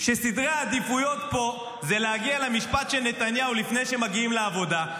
שסדרי העדיפויות פה הם להגיע למשפט של נתניהו לפני שמגיעים לעבודה?